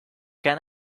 can